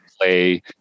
play